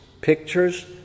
pictures